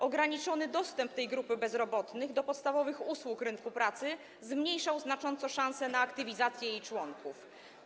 Ograniczony dostęp tej grupy bezrobotnych do podstawowych usług rynku pracy zmniejszał znacząco szansę na aktywizację jej członków.